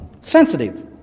sensitive